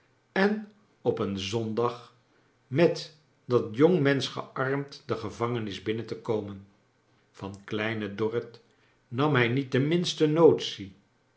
en op een zondag met dat jongemensch gearind do gevangenis binnen te komen van kleine dorrit nam hij niet de rninste notitie